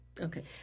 Okay